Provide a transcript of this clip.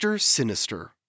Sinister